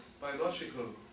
biological